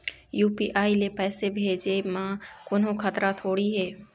UPI ले पैसे भेजे म कोन्हो खतरा थोड़ी हे?